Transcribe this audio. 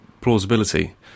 plausibility